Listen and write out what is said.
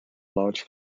large